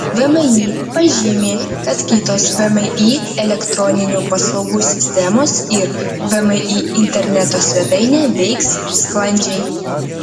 vmi pažymi kad kitos vmi elektroninių paslaugų sistemos ir vmi interneto svetainė veiks sklandžiai